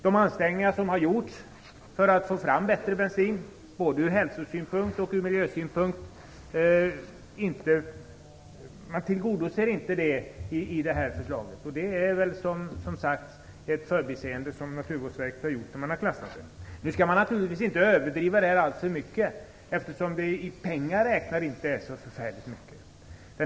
De ansträngningar som har gjorts för att få fram bättre bensin, både ur hälsosynpunkt och ur miljösynpunkt, tillgodoses inte i förslaget. Naturvårdsverket har som sagt gjort ett förbiseende när man har klassat bensinen. Man skall naturligtvis inte överdriva alltför mycket, eftersom det i pengar räknat inte gäller så förfärligt mycket.